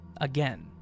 again